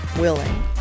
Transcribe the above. willing